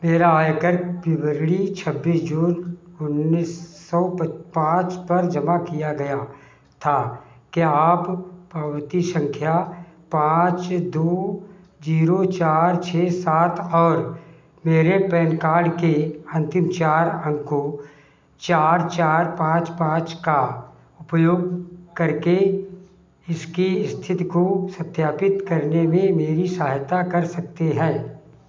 मेरा आयकर विवरणी छब्बीस जून उन्नीस सौ पच पाँच पर जमा किया गया था क्या आप पावती सँख्या पाँच दो ज़ीरो चार छह सात और मेरे पैन कार्ड के अन्तिम चार अंकों चार चार पाँच पाँच का उपयोग करके इसकी इस्थिति को सत्यापित करने में मेरी सहायता कर सकते हैं